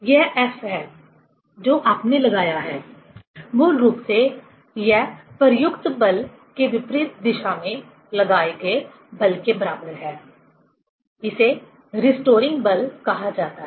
यह एफ है जो आपने लगाया है मूल रूप से यह प्रयुक्त बल के विपरीत दिशा में लगाए गए बल के बराबर है इसे रिस्टोरिंग बल कहा जाता है